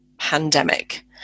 pandemic